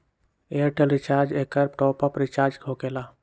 Airtel recharge एकर top off recharge होकेला?